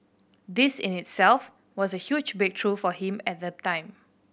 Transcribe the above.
this in itself was a huge breakthrough for him at the time